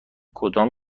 کدام